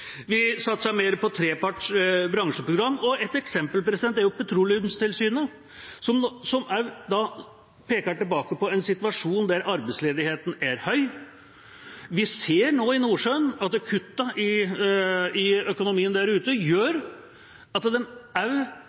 Vi satser mer på treparts bransjeprogram. Ett eksempel er Petroleumstilsynet, som også peker tilbake på en situasjon der arbeidsledigheten er høy. Vi ser nå i Nordsjøen at kuttene i økonomien der ute gjør at